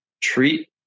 treat